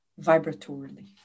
vibratorily